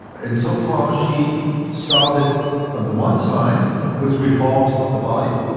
and so far she started on the one side with reforms of the party,